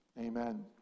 amen